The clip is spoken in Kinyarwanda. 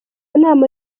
nama